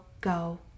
go